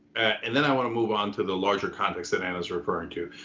and then i wanna move on to the larger context that anna's referring to.